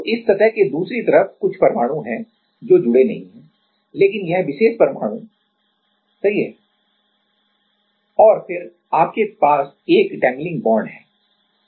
तो इस सतह के दूसरी तरफ कुछ परमाणु हैं जो जुड़े नहीं हैं लेकिन यह विशेष परमाणु सही है और फिर आपके पास 1 डैंगलिंग बांड्स dangling bondsहै